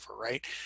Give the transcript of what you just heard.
right